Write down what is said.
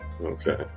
Okay